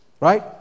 Right